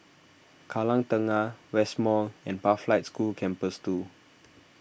Kallang Tengah West Mall and Pathlight School Campus two